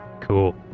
Cool